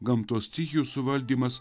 gamtos stichijų suvaldymas